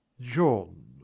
John